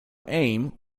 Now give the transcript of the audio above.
aim